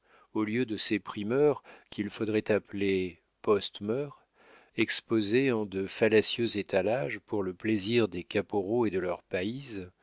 au lieu de ces primeurs qu'il faudrait appeler postmeurs exposées en de fallacieux étalages pour le plaisir des caporaux et de leurs payses